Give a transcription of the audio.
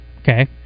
Okay